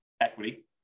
equity